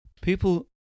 people